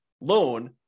loan